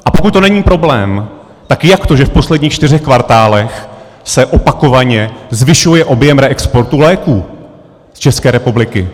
A pokud to není problém, tak jak to, že v posledních čtyřech kvartálech se opakovaně zvyšuje objem reexportu léků z České republiky?